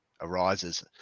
arises